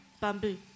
bamboo